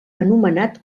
anomenat